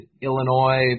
Illinois